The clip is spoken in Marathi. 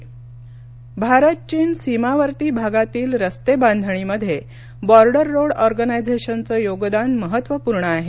श्रीपाद नाईक भारत चीन सीमावर्ती भागातील रस्ते बांधणीमध्ये बॉर्डर रोड ऑर्गनायझेशनचं योगदान महत्त्वपूर्ण आहे